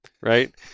right